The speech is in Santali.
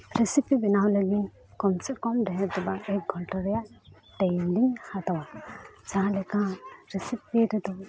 ᱵᱮᱱᱟᱣ ᱞᱟᱹᱜᱤᱫ ᱠᱚᱢ ᱥᱮ ᱠᱚᱢ ᱰᱷᱮᱨ ᱫᱚ ᱵᱟᱝ ᱮᱠ ᱜᱷᱚᱱᱴᱟ ᱨᱮᱭᱟᱜ ᱞᱤᱧ ᱦᱟᱛᱟᱣᱟ ᱡᱟᱦᱟᱸ ᱞᱮᱠᱟ ᱨᱮᱫᱚ